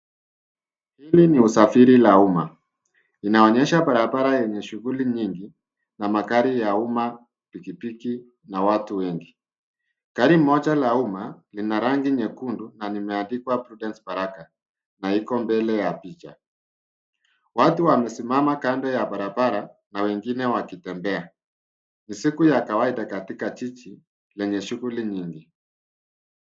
Hili ni usafiri la umma. Inaonyesha barabara yenye shughuli nyingi na magari ya umma, pikipiki na watu wengi. Gari moja la umma lina rangi nyekundu na limeandikwa Prudence Baraka na iko mbele ya picha. Watu wamesimama kando ya barabara na wengine wakitembea. Ni siku ya kawaida katika jiji lenye shughuli nyingi.